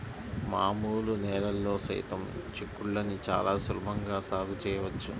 మామూలు నేలల్లో సైతం చిక్కుళ్ళని చాలా సులభంగా సాగు చేయవచ్చు